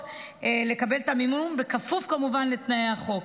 לקבל את המימון, בכפוף כמובן לתנאי החוק.